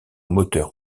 moteur